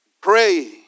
Pray